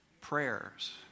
prayers